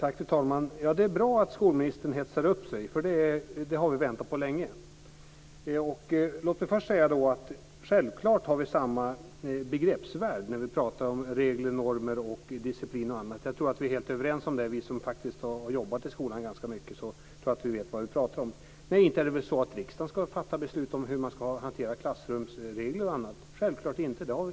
Fru talman! Det är bra att skolministern hetsar upp sig. Det har vi väntat på länge. Låt mig först säga att vi självfallet har samma begreppsvärld när vi pratar om regler, normer, disciplin och annat. Jag tror att vi som har jobbat mycket i skolan är överens om det och att vi vet vad vi pratar om. Nej, inte ska riksdagen fatta beslut om hur man ska hantera klassrumsregler och annat.